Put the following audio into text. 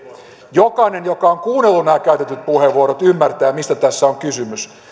jokainen joka on kuunnellut nämä käytetyt puheenvuorot ymmärtää mistä tässä on kysymys